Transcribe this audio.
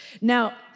Now